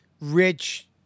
rich